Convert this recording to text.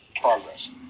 progress